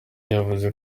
yavuze